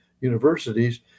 universities